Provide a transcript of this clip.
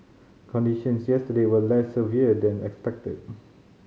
conditions yesterday were less severe than expected